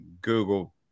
Google